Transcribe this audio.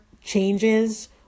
changes